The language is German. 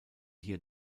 hier